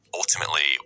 ultimately